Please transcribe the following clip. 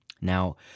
Now